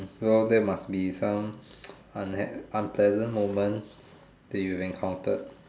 oh so that must be some unhappy unpleasant moment that you have encountered